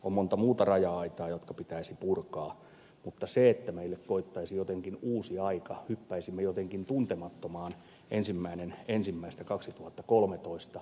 on monta muuta raja aitaa jotka pitäisi purkaa mutta niinhän ei tule käymään että meille koittaisi jotenkin uusi aika hyppäisimme jotenkin tuntemattomaan ensimmäinen ensimmäistä kaksituhattakolmetoista